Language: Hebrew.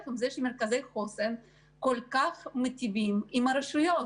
על זה שמרכזי חוסן כל כך מיטיבים עם הרשויות.